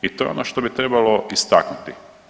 I to je ono što bi trebalo istaknuti.